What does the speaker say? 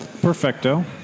Perfecto